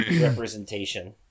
representation